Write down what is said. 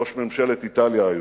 ראש ממשלת איטליה היום.